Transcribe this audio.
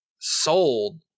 sold